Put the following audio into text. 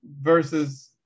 versus